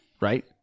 right